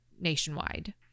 nationwide